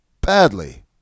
badly